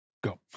go